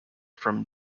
from